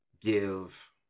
give